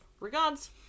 Regards